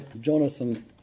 Jonathan